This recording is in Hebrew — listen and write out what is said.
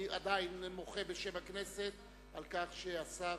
אני עדיין מוחה בשם הכנסת על כך שהשר